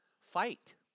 fight